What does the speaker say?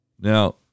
Now